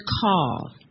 call